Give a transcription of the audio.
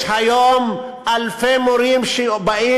יש היום אלפי מורים שפונים